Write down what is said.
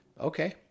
okay